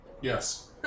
Yes